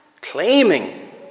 claiming